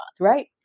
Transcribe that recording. right